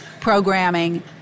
programming